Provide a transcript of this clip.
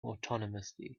autonomously